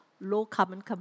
low-carbon